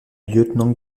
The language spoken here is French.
lieutenant